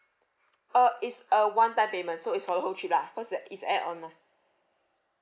uh it's a one time payment so it's for the whole trip lah cause it's it's add-on mah